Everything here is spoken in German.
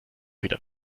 wieder